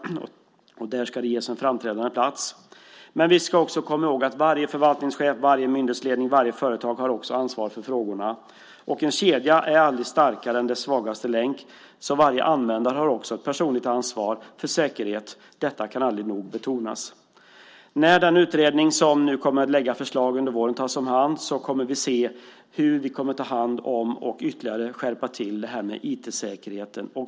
Där ska de frågorna ges en framträdande plats. Men vi ska komma ihåg att varje förvaltningschef, varje myndighetsledning och varje företag också har ansvar för frågorna. En kedja är aldrig starkare än dess svagaste länk, så varje användare har också ett personligt ansvar för säkerhet. Detta kan aldrig nog betonas. När den utredning som kommer att lägga fram förslag under våren tas om hand kommer vi att se hur vi kan arbeta med IT-säkerheten och skärpa den ytterligare.